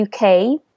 UK